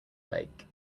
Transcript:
lake